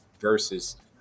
versus